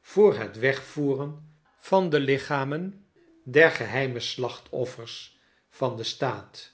voor het wegvoeren van de lichamen der geheime slachtoffers van den staat